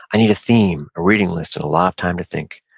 i need a theme, a reading list, and a lot of time to think.